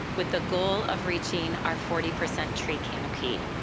with the goal of reaching our forty percent tree canopy.